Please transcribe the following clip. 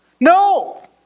No